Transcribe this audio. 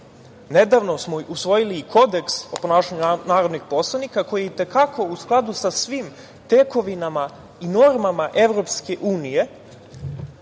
smo usvojili Kodeks o ponašanju narodnih poslovnika koji i te kako u skladu sa svim tekovinama i normama Evropske unije,